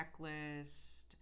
checklist